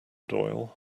doyle